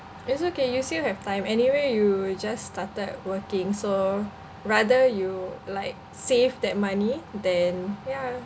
it's okay you still have time anyway you just started working so rather you like save that money than ya